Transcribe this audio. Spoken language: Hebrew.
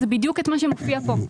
זה בדיוק את מה שמופיע פה.